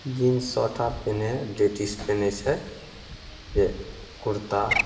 jeans shirt आर पीनहइ हइ लेडीज पीनहइ छै जे कुर्ता